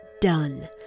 done